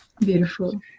Beautiful